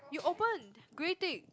you opened grey tick